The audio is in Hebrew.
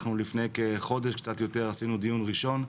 אנחנו לפני כחודש, קצת יותר, עשינו דיון ראשון,